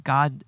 God